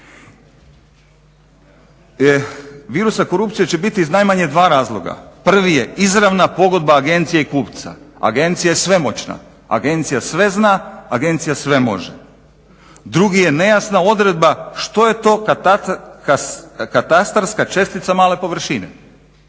Virusa korupcije će biti iz najmanje dva razloga, prvi je izravna pogodba agencije i kupca. Agencija je svemoćna, agencija sve zna, agencija sve može. Drugi je nejasna odredba što je to katastarska čestica male površine.